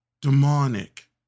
demonic